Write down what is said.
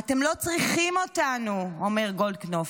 "אתם לא צריכים אותנו", אומר גולדקנופ.